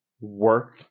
work